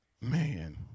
Man